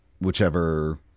whichever